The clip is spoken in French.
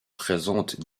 présente